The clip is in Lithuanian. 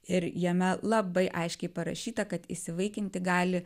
ir jame labai aiškiai parašyta kad įsivaikinti gali